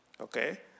Okay